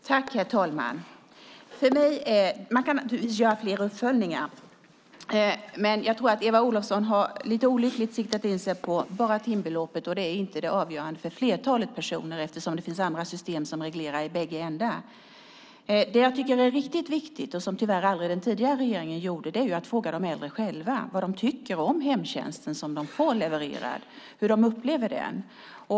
Herr talman! Man kan naturligtvis göra fler uppföljningar, men Eva Olofsson har lite olyckligt bara siktat in sig på timbeloppet, vilket inte är det avgörande för flertalet personer, eftersom det finns andra system som reglerar i bägge ändar. Det jag tycker är riktigt viktigt, men som den tidigare regeringen tyvärr aldrig gjorde, är att fråga de äldre själva vad de tycker om hemtjänsten som de får levererad och hur de upplever den.